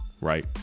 right